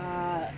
uh